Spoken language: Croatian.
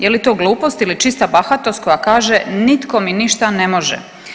Je li to glupost ili čista bahatost koja kaže nitko mi ništa ne može?